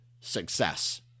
success